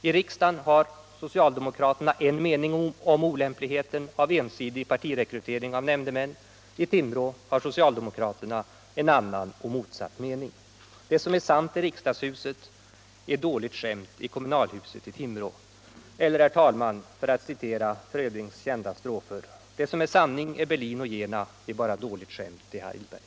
I riksdagen har socialdemokraterna en mening om olämpligheten av ensidig partirekrytering av nämndemän, i Timrå har socialdemokraterna en annan och motsatt mening. Det som är sant i riksdagshuset är dåligt skämt i kommunalhuset i Timrå. Eller, herr talman, för att citera Frödings kända strofer: Är bara dåligt skämt i Heidelberg.”